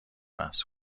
بحث